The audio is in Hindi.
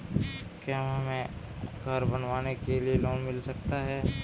क्या हमें घर बनवाने के लिए लोन मिल सकता है?